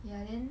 ya then